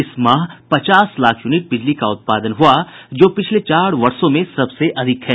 इस माह पचास लाख यूनिट बिजली का उत्पादन हुआ जो पिछले चार वर्षों में सबसे अधिक है